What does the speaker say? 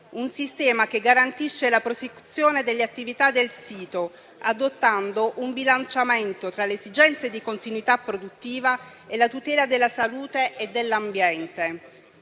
un sistema che garantisce la prosecuzione delle attività del sito, adottando un bilanciamento tra le esigenze di continuità produttiva e la tutela della salute e dell'ambiente.